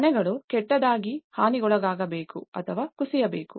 ಮನೆಗಳು ಕೆಟ್ಟದಾಗಿ ಹಾನಿಗೊಳಗಾಗಬೇಕು ಅಥವಾ ಕುಸಿಯಬೇಕು